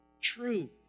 True